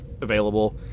available